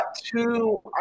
two